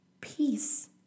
peace